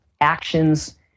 actions